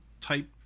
type